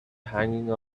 hanging